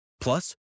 Plus